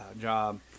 job